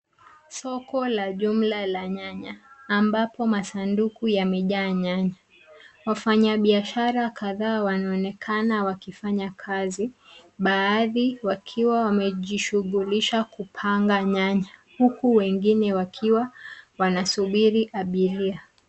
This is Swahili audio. Soko la jumla la nyanya ambapo masanduku yamejaa nyanya. Wafanyi biashara kadhaa wanaoenekana wakifanya kazi, baadhi wakiwa wamejishughulisha kupanga nyanya huku wengine wakiwa wanasubiri abiria.